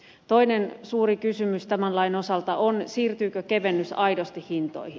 toinen suuri kysymys tämän lain osalta on siirtyykö kevennys aidosti hintoihin